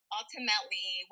ultimately